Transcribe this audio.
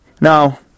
Now